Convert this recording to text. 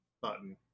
button